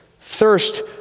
thirst